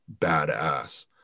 badass